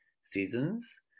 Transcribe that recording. seasons